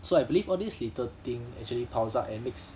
so I believe all this little thing actually piles up and makes